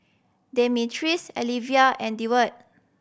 Demetrius Alyvia and Deward